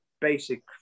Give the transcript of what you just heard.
basic